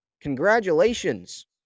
Congratulations